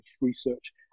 research